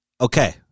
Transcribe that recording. okay